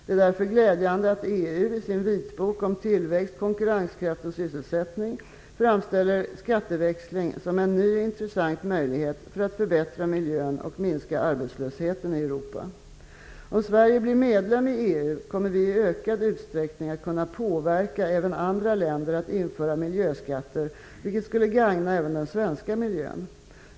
Det är därför glädjande att EU i sin vitbok om tillväxt, konkurrenskraft och sysselsättning framställer skatteväxling som en ny intressant möjlighet för att förbättra miljön och minska arbetslösheten i Om Sverige blir medlem i EU kommer vi i ökad utsträckning att kunna påverka även andra länder att införa miljöskatter vilket skulle gagna även den svenska miljön.